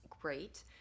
great